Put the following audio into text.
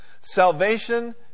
Salvation